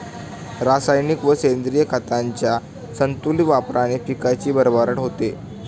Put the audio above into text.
रासायनिक व सेंद्रिय खतांच्या संतुलित वापराने पिकाची भरभराट होते